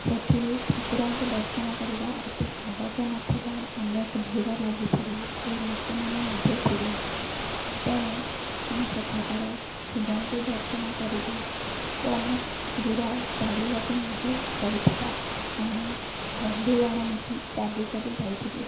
ସେଠି ଠାକୁରଙ୍କୁ ଦର୍ଶନ କରିବା ଏତେ ସହଜ ନଥିଲା ଅନେକ ଭିଡ଼ ଲାଗିଥିଲା ଓ ଲୋକମାନେ ମଧ୍ୟ ଥିଲେ ତେଣୁ ମୁଁ ସେଠାକାର ଶିବଙ୍କୁ ଦର୍ଶନ କରିଲି ଓ ଅନେକ ଦୂର ଚାଲିବାକୁ ମଧ୍ୟ ପଡ଼ିଥିଲା ଆମେ ବନ୍ଧୁଗଣ ମିଶି ଚାଲି ଚାଲି ଯାଇଥିଲୁ